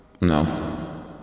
no